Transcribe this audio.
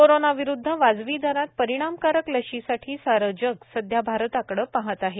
कोरोनाविरुद्ध वाजवी दरात परिणामकारक लशीसाठी सारं जग सध्या भारताकडे पाहत आहे